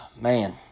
Man